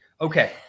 Okay